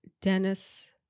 dennis